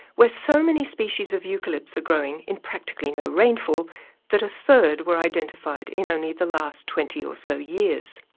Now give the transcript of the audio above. where so many species of eucalypts are growing in practically no rainfall that a third were identified in only the last twenty or so years.